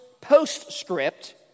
postscript